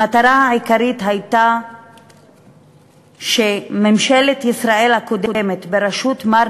המטרה העיקרית הייתה שממשלת ישראל הקודמת בראשות מר